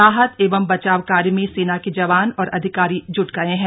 राहत एवं बचाव कार्य में सेना के जवान और अधिकारी जुट गये है